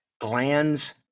glands